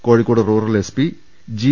Kozhikode rural SP G